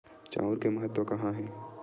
चांउर के महत्व कहां हे?